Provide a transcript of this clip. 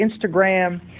Instagram